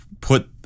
put